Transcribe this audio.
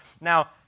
Now